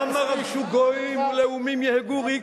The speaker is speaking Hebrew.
למה רגשו גויים ולאומים יהגו ריק?